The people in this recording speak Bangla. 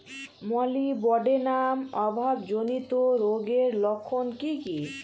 মলিবডেনাম অভাবজনিত রোগের লক্ষণ কি কি?